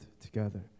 together